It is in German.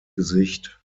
gesicht